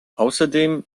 außerdem